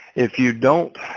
if you don't,